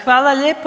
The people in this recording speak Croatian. Hvala lijepo.